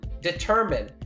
determine